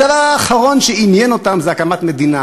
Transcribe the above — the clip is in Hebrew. הדבר האחרון שעניין אותם זה הקמת מדינה.